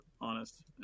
honest